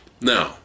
Now